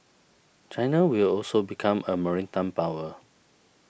China will also become a maritime power